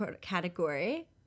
category